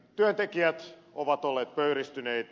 työntekijät ovat olleet pöyristyneitä